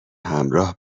همراه